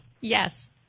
yes